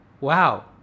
Wow